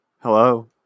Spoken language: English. Hello